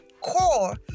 core